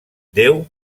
déu